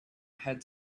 had